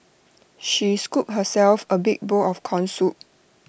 she scooped herself A big bowl of Corn Soup